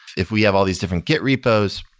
if we have all these different git repos,